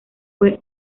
fue